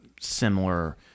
similar